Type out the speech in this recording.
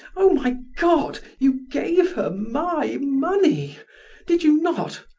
oh, my god! you gave her my money did you not?